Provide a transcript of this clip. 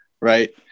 right